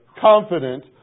confident